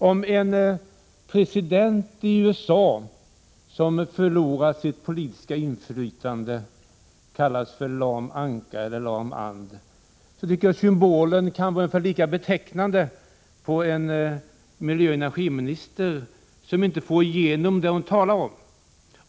Om en president i USA som förlorar sitt politiska inflytande kallas för lam anka, tycker jag den symbolen kan vara betecknande på en miljöoch energiminister som inte får igenom det hon talar om.